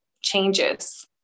changes